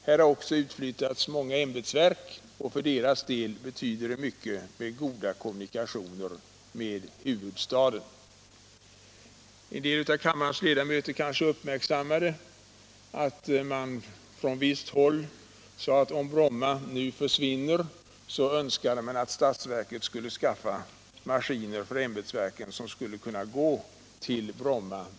Många ämbetsverk har flyttats ut, och för deras del betyder goda kommunikationer med huvudstaden mycket. En del av kammarens ledamöter kanske har uppmärksammat att man från visst håll önskade att statsverket — om Linjeflyg skulle upphöra att trafikera Bromma — skulle skaffa maskiner för ämbetsverken som kunde gå direkt till Bromma.